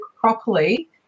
properly